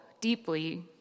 deeply